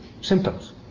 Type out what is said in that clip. symptoms